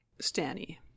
Stanny